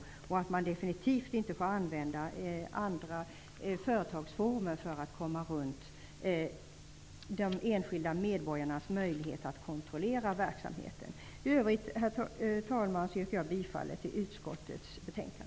Kommunerna får definitivt inte använda andra företagsformer för att komma undan de enskilda medborgarnas möjlighet att kontrollera verksamheten. Herr talman! I övrigt yrkar jag bifall till utskottets hemställan.